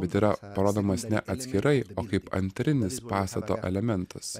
bet yra parodomas ne atskirai o kaip antrinis pastato elementas